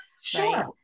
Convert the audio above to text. Sure